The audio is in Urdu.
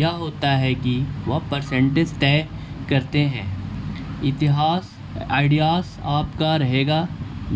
یہ ہوتا ہے کہ وہ پرسینٹیز طے کرتے ہیں اتہاس آئیڈیاس آپ کا رہے گا